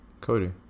Cody